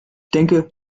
denke